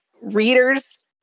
readers